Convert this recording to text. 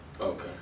Okay